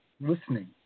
listening